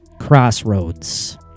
crossroads